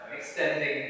extending